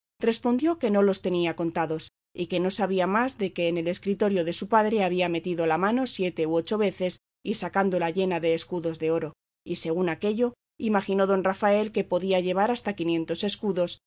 respondió que no los tenía contados y que no sabía más de que en el escritorio de su padre había metido la mano siete o ocho veces y sacádola llena de escudos de oro y según aquello imaginó don rafael que podía llevar hasta quinientos escudos